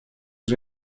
was